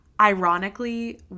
ironically